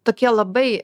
tokie labai